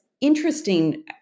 interesting